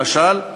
למשל,